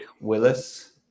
Willis